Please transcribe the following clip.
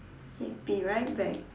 okay be right back